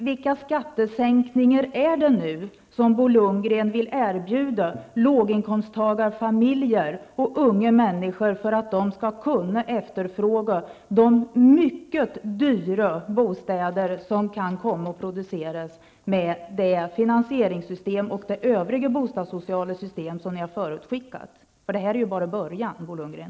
Vilka skattesänkningar är det som Bo Lundgren vill erbjuda låginkomsttagarfamiljer och unga människor för att de skall kunna efterfråga de mycket dyra bostäder som kan komma att produceras i och med det finanseringssystem och det övriga bostadssociala system som ni har förutskickat? Dett är ju bara början, Bo Lundgren.